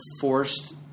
forced